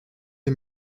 les